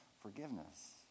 forgiveness